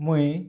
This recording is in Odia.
ମୁଇଁ